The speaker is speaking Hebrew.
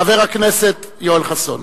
חבר הכנסת יואל חסון.